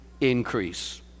increase